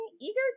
eager